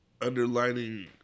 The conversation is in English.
underlining